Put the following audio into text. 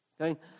okay